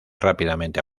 rápidamente